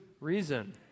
reason